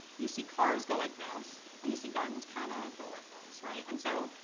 you see cars go like this, and you see guns kind of go like this, right? and so,